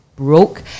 broke